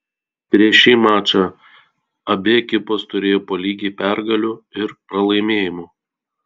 prieš šį mačą abi ekipos turėjo po lygiai pergalių ir pralaimėjimų